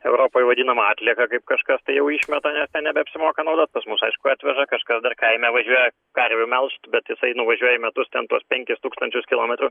europoj vadinama atlieka kaip kažkas tai jau išmeta nes ten nebeapsimoka naudot pas mus aišku atveža kažkas dar kaime važiuoja karvių melžt bet jisai nuvažiuoja į metus ten tuos penkis tūkstančius kilometrų